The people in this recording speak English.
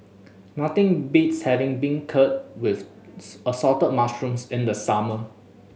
nothing beats having beancurd with Assorted Mushrooms in the summer